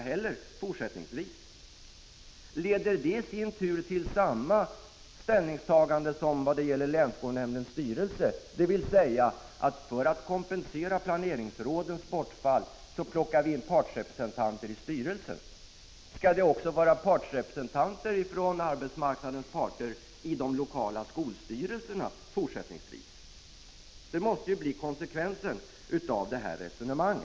Leder inte det i sin tur till samma ställningstagande som det som gäller länsskolnämndens styrelse — dvs. för att kompensera bortfallet av planeringsråden plockas partsrepresentanter in i styrelsen? Skall även arbetsmarknadens parter ha partsrepresentanter i de lokala skolstyrelserna fortsättningsvis? Det måste ju bli konsekvensen av ett sådant här resonemang.